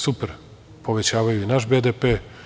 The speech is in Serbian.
Super, povećavaju i naš BDP.